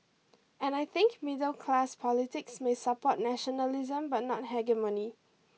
and I think middle class politics may support nationalism but not hegemony